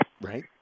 Right